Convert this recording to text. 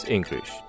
English